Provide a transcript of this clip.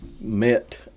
met